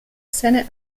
seine